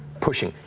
pushing.